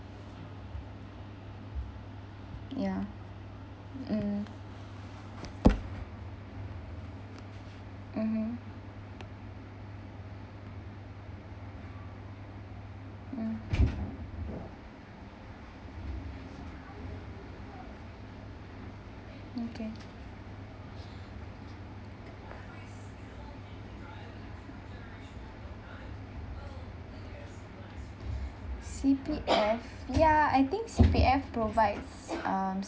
ya mm mmhmm mm okay C_P_F ya I think C_P_F provides um